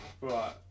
Right